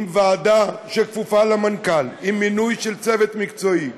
עם ועדה שכפופה למנכ"ל ועם מינוי של צוות מקצועי: